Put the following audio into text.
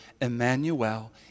Emmanuel